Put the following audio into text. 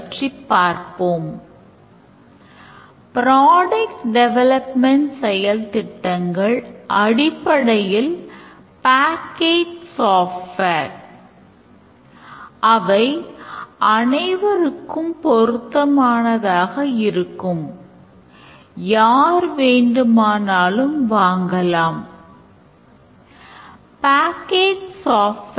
வாடிக்கையாளர் பராமரிப்பு தொடர்பான use caseகள் இங்கே குறிப்பிடப்படுகின்றன பின்னர் ஒரு தனி வரைபடத்தில் நாம் use caseகளை ordering ல் காண்பிக்க முடியும் மேலும் இது வரைபடத்தைப் புரிந்துகொள்வதை எளிதாக்குகிறது